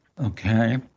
Okay